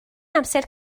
amser